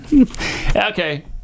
Okay